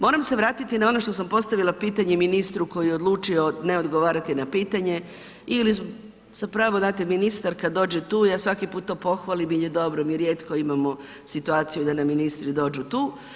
Moram se vratiti na ono što sam postavila pitanje ministru koji je odlučio ne odgovarati na pitanje ili zapravo znate ministar kad dođe tu, ja svaki put to pohvalim jer dobro, mi rijetko imamo situaciju da nam ministri dođu tu.